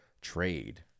trade